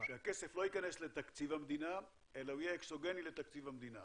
שהכסף לא ייכנס לתקציב המדינה אלא יהיה אקסוגני לתקציב המדינה.